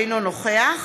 אינו נוכח